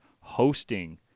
hosting –